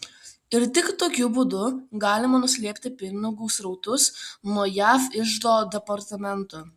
ir tik tokiu būdu galima nuslėpti pinigų srautus nuo jav iždo departamento